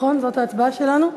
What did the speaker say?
נכון, זאת ההצבעה שלנו?